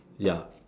ya